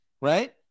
right